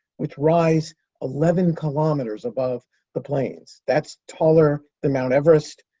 which rise eleven kilometers above the plains. that's taller than mount everest,